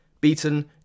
beaten